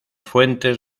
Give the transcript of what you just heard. fuentes